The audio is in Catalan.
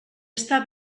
està